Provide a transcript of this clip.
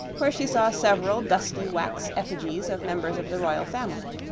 where she saw several dusty wax effigies of members of the royal family.